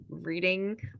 reading